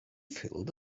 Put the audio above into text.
filled